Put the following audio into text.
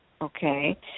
okay